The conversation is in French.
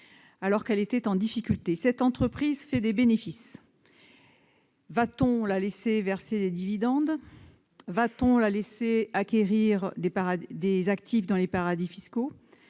alors qu'elle était en difficulté. Cette entreprise fait des bénéfices. Va-t-on la laisser verser des dividendes ? Va-t-on la laisser acquérir des actifs dans les paradis fiscaux ?